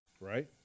Right